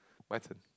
my turn